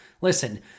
Listen